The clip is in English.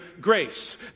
grace